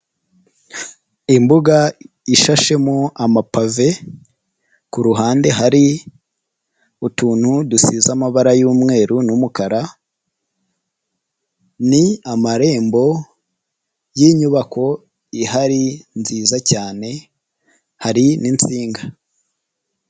Imbuga ishashemo amapave ku ruhande hari utuntu dusize amabara y'umweru n'umukara. Ni amarembo y'inyubako ihari nziza cyane, hari n'insinga.